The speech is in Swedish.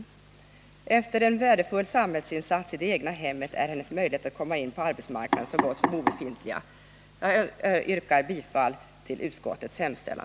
Efter kanske flera års värdefull samhällsinsats i det egna hemmet är hennes möjligheter att komma in på arbetsmarknaden så gott som obefintliga. Herr talman! Jämställdhet är allas angelägenhet. Jag yrkar bifall till utskottets hemställan.